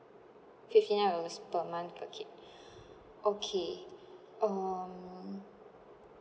fifty nine dollars per month okay okay um